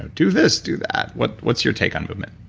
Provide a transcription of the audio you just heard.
do this do that. what's what's your take on movement?